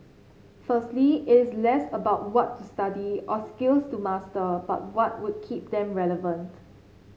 firstly it is less about what to study or skills to master but what would keep them relevant